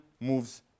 moves